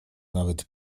nawet